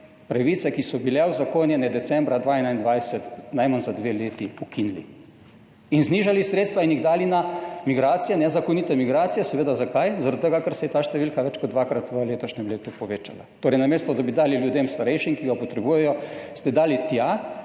pravice, ki so bile uzakonjene decembra 2021, najmanj za dve leti ukinili in znižali sredstva in jih dali na migracije, nezakonite migracije. Seveda zakaj? Zaradi tega ker se je ta številka več kot dvakrat v letošnjem letu povečala. Torej namesto da bi dali starejšim ljudem, ki ga potrebujejo, ste dali tja,